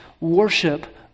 worship